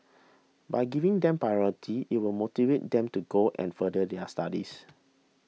by giving them priority it will motivate them to go and further their studies